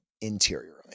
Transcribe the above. interiorly